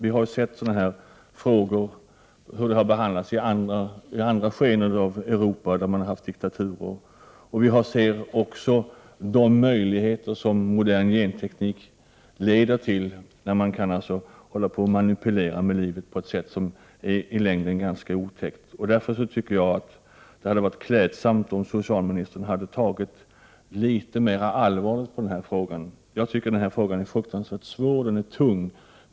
Vi har sett hur sådana frågor har behandlats under andra skeden i Europa, då det har funnits diktaturer. Vi ser också de möjligheter som modern genteknik leder till, att forskare kan manipulera med livet på ett sätt som i längden är ganska otäckt. Därför tycker jag att det hade varit klädsamt om socialministern hade tagit lite mer allvarligt på frågan. Jag tycker att den här frågan är fruktansvärt svår och tung.